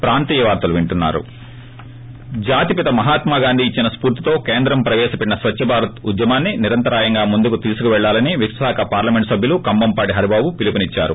break జాతిపిత మహాత్మగాంధీ ఇచ్చిన స్పూర్తితో కేంద్ర ప్రపేశపెట్టిన స్వఛ్చభారత్ ఉద్యమాన్ని నిరంతరాయంగా ముందుకు తీసుకు పెళ్లాలని విశాఖ పార్లమెంట్ సభ్యులు కంభంపాటి హరిబాబు పిలుపునిచ్చారు